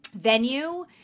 venue